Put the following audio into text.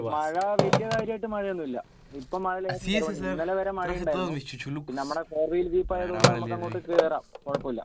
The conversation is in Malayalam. മഴ വലിയ കാര്യമായിട്ട് മഴയൊന്നുമില്ല ഇപ്പം മഴ ലേശം കുറവുണ്ട് ഇന്നലെ വരെ മഴയുണ്ടായിരുന്നു പിന്നെ നമ്മുടെ ഫോർ വീൽ ജീപ്പായതുകൊണ്ട് നമുക്കങ്ങോട്ട് കയറാം കുഴപ്പമില്ല